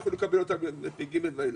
ימשיכו לקבל בתשפ"ג ואילך.